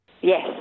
Yes